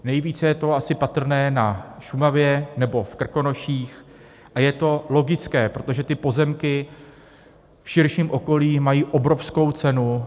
Nejvíce je to asi patrné na Šumavě nebo v Krkonoších a je to logické, protože ty pozemky v širším okolí mají obrovskou cenu.